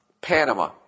Panama